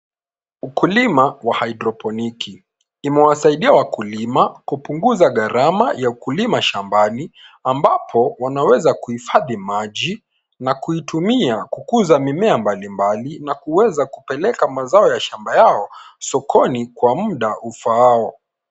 Ukulima wa haidroponiki imewasaidia wakulima kupunguza gharama ya ukulima shambani ambapo wanaweza kuhifadhi maji na kuitumia kukuza mimea mbalimbali na kuweza kupeleka mazao ya shamba yao sokoni kwa muda ufaao.